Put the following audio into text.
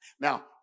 Now